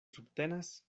subtenas